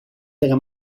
della